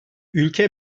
ülke